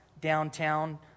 downtown